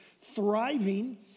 thriving